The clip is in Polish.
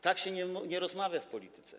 Tak się nie rozmawia w polityce.